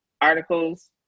articles